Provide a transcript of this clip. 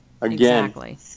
Again